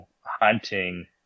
hunting